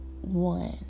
one